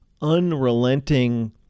unrelenting